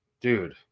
dude